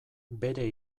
bere